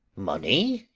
money,